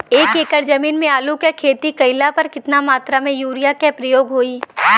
एक एकड़ जमीन में आलू क खेती कइला पर कितना मात्रा में यूरिया क प्रयोग होई?